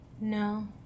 no